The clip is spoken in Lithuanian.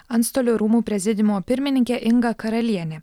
antstolių rūmų prezidiumo pirmininkė inga karalienė